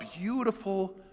beautiful